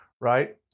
right